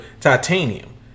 titanium